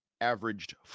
averaged